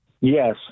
Yes